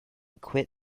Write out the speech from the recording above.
quit